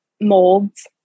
molds